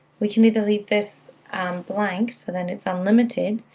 we can either leave this blank, so then it's unlimited,